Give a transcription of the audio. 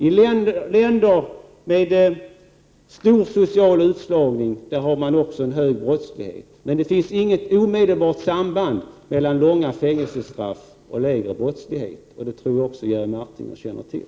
I länder med stor social utslagning har man också hög brottslighet. Men det finns inget omedelbart samband mellan långa fängelse 79 straff och lägre brottslighet, och det tror jag också att Jerry Martinger känner till.